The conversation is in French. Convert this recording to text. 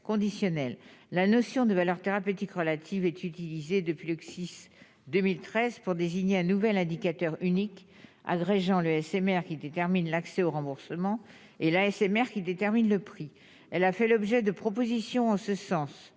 la notion de valeur thérapeutique relative est utilisé depuis le CSIS 2013 pour désigner un nouvel indicateur unique agrégeant le SMR qui détermine l'accès au remboursement et l'qui détermine le prix, elle a fait l'objet de propositions en ce sens